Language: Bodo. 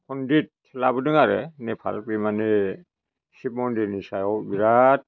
पन्दित लाबोदों आरो नेपाल बे माने सिब मन्दिरनि सायाव बिराद